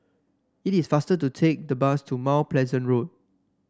it is faster to take the bus to Mount Pleasant Road